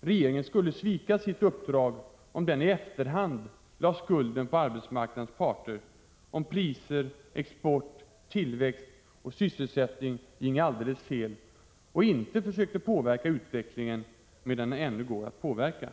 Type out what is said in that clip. Regeringen skulle svika sitt uppdrag om den i efterhand lade skulden på arbetsmarknadens parter om priser, export, tillväxt och sysselsättning ginge alldeles fel och inte försökte påverka utvecklingen medan den ännu går att påverka.